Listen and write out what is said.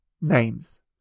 Names